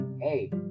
Hey